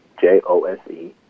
J-O-S-E